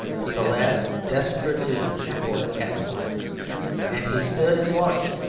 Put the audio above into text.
to the last desperate leagues before the capital and he stood and watched.